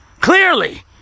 Clearly